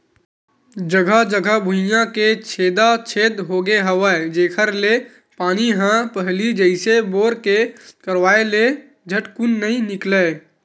जघा जघा भुइयां के छेदा छेद होगे हवय जेखर ले पानी ह पहिली जइसे बोर के करवाय ले झटकुन नइ निकलय